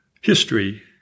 history